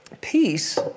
peace